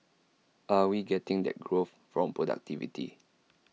are we getting that growth from productivity